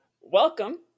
welcome